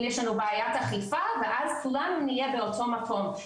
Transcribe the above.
אם יש לנו בעיית אכיפה ואז כולנו נהיה באותו מקום,